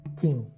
king